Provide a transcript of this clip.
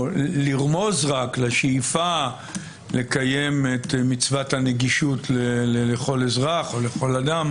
או רק לרמוז לשאיפה לקיים את מצוות הנגישות לכל אזרח או לכל אדם